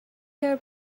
her